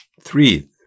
three